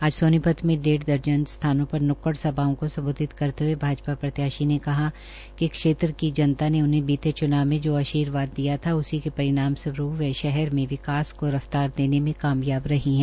आज सोनीपत में डेढ़ दर्जन स्थानों पर न्क्कड़ सभाओं को सम्बोधित करते हये भाजपा प्रत्याशी ने कहा कि क्षेत्र की जनता ने उन्हें बीते च्नाव में जो आर्शीवाद दिया था उसी के परिणाम रूवरूप वह शहर में विकास के रफ्तार देने में कामयाब रही है